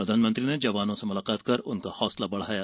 प्रधानमंत्री ने जवानों से मुलाकात कर उनका होंसला बढ़ाया